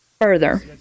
further